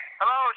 Hello